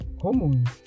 hormones